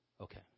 Okay